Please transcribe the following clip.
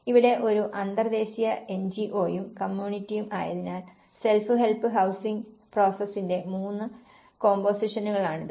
ഇവിടെ ഒരു അന്തർദേശീയ എൻജിഒയും കമ്മ്യൂണിറ്റിയും ആയതിനാൽ സെൽഫ് ഹെൽപ്പ് ഹൌസിംഗ് പ്രോസസിന്റെ മൂന്ന് കോമ്പോസിഷനുകളാണിത്